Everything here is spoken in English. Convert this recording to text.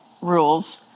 rules